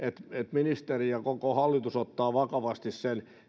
ministeri ja koko hallitus ottaa vakavasti sen